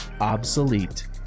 obsolete